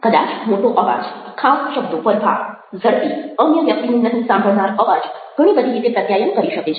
કદાચ મોટો અવાજ ખાસ શબ્દો પર ભાર ઝડપી અન્ય વ્યક્તિને નહિ સાંભળનાર અવાજ ઘણી બધી રીતે પ્રત્યાયન કરી શકે છે